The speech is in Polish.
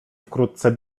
wkrótce